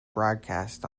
broadcast